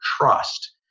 trust